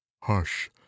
hush